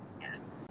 yes